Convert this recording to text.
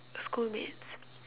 schoolmates